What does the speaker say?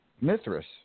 Mithras